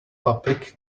public